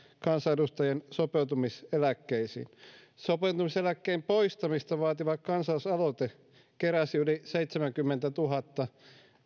kansanedustajien sopeutumiseläkkeisiin sopeutumiseläkkeen poistamista vaativa kansalaisaloite keräsi yli seitsemänkymmentätuhatta